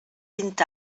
vint